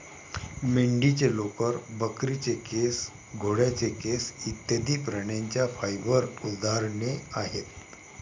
मेंढीचे लोकर, बकरीचे केस, घोड्याचे केस इत्यादि प्राण्यांच्या फाइबर उदाहरणे आहेत